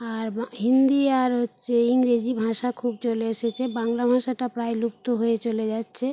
আর বা হিন্দি আর হচ্ছে ইংরেজি ভাষা খুব চলে এসেছে বাংলা ভাষাটা প্রায় লুপ্ত হয়ে চলে যাচ্ছে